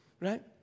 right